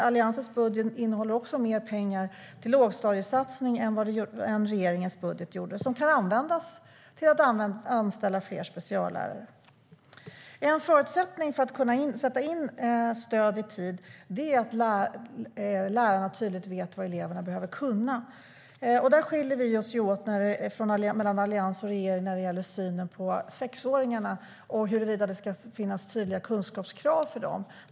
Alliansens budget innehåller också mer pengar till en lågstadiesatsning som kan användas till att anställa fler speciallärare än vad regeringens budget gjorde. En förutsättning för att kunna sätta in stöd i tid är att lärarna tydligt vet vad eleverna behöver kunna. Där skiljer sig Alliansen och regeringen åt när det gäller synen på sexåringarna och huruvida det ska finnas tydliga kunskapskrav för dem.